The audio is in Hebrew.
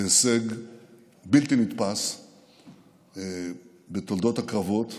זה הישג בלתי נתפס בתולדות הקרבות.